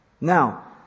Now